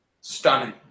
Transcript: stunning